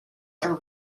are